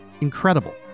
incredible